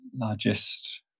largest